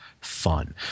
fun